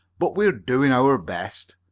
but we're doing our best.